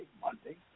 Monday